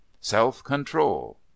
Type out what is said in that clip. Self-control